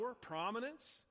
prominence